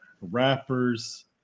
rappers